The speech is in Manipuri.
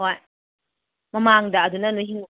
ꯍꯣꯏ ꯃꯃꯥꯡꯗ ꯑꯗꯨꯅ ꯅꯣꯏ